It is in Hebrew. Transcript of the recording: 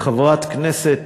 חברת כנסת